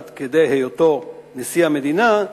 עד כדי היותו נשיא המדינה,